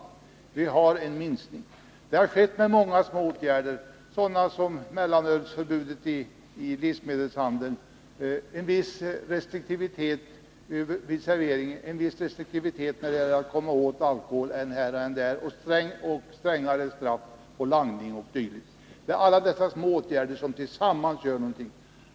Det har blivit en minskning, och det har åstadkommits med många små åtgärder, sådana som mellanölsförbudet i livsmedelshandeln och en viss restriktivitet när det gäller att komma åt alkohol än här och än där, liksom strängare straff för langning o. d. Det är alla dessa små åtgärder som tillsammans gör någonting.